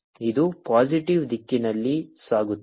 ಇದು ಪಾಸಿಟಿವ್ ದಿಕ್ಕಿನಲ್ಲಿ ಸಾಗುತ್ತಿದೆ